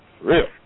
real